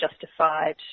justified